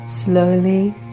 Slowly